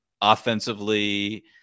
offensively